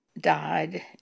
died